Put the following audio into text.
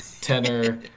tenor